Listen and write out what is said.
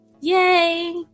yay